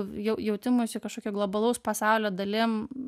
jau jautimuisi kažkokia globalaus pasaulio dalim